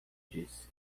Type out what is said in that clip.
disse